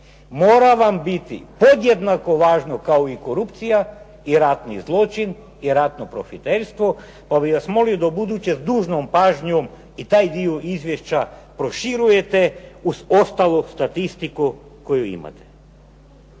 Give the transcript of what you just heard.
mora vam biti podjednako važno kao i korupcija i ratni zločin i ratno profiterstvo pa bih vas molio da ubuduće s dužnom pažnjom i taj dio izvješća proširujete uz ostalu statistiku koju imate.